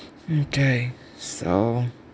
mm K so